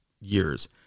years